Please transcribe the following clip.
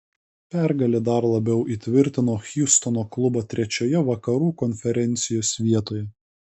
pergalė dar labiau įtvirtino hjustono klubą trečioje vakarų konferencijos vietoje